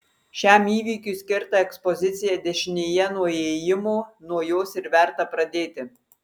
šiam įvykiui skirta ekspozicija dešinėje nuo įėjimo nuo jos ir verta pradėti